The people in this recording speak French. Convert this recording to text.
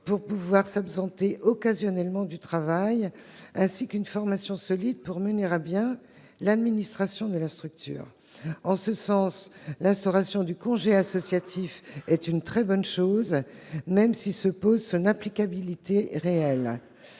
pour pouvoir s'absenter occasionnellement du travail, ainsi qu'une formation solide pour mener à bien l'administration de la structure. En ce sens, l'instauration du congé associatif est une bonne chose, même si se pose la question de son applicabilité réelle.